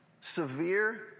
severe